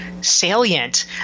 salient